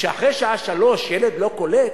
שאחרי השעה 15:00 ילד לא קולט,